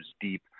deep